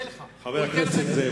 חבר הכנסת זאב,